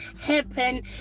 happen